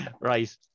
Right